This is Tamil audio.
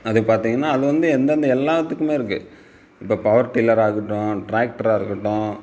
அது பார்த்திங்கனா அது வந்து எந்தெந்த எல்லாத்துக்குமே இருக்குது இப்போ பவர் டில்லராக இருக்கட்டும் டிராக்ட்டராக இருக்கட்டும்